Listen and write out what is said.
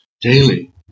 daily